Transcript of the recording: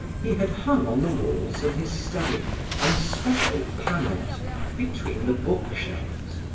he had hung on the walls of his study on special panels between the bookshelves,